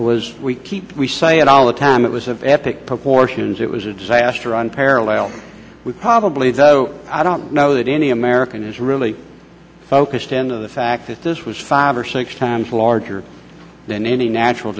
was we keep we say it all the time it was of epic proportions it was a disaster run parallel with probably though i don't know that any american is really focused on the fact that this was five or six times larger than any natural